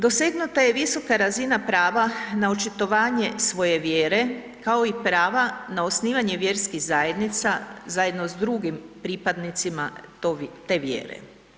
Dosegnuta je visoka razina prava na očitovanje svoje vjere, kao i prava na osnivanje vjerskih zajednica zajedno s drugim pripadnicima te vjere.